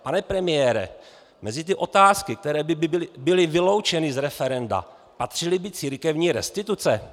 Pane premiére, mezi ty otázky, které by byly vyloučeny z referenda, patřily by církevní restituce?